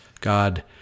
god